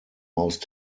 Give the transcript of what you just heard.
most